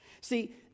See